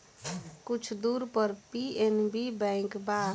कुछ दूर पर पी.एन.बी बैंक बा